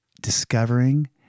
discovering